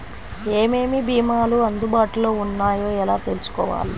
ఏమేమి భీమాలు అందుబాటులో వున్నాయో ఎలా తెలుసుకోవాలి?